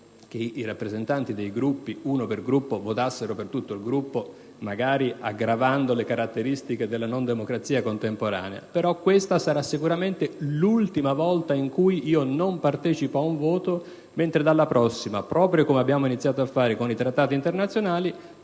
che i rappresentanti dei Gruppi votassero per tutto il Gruppo, magari aggravando le caratteristiche della non democrazia contemporanea, però questa sarà sicuramente l'ultima volta in cui non parteciperò a un voto. Dalla prossima volta, come abbiamo iniziato a fare con i trattati internazionali,